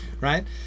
right